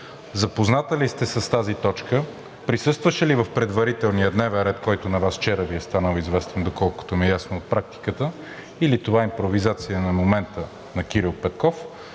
Запозната ли сте с тази точка? Присъстваше ли в предварителния дневен ред, който на Вас вчера Ви е станал известен, доколкото ми е ясно от практиката, или това е импровизация на момента на Кирил Петков?